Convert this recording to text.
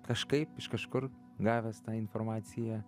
kažkaip iš kažkur gavęs tą informaciją